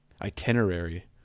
Itinerary